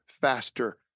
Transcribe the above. faster